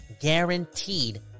guaranteed